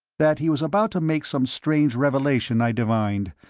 that he was about to make some strange revelation i divined.